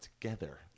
together